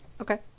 Okay